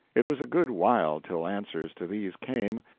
it was a good while till answers to these came,